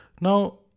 now